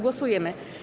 Głosujemy.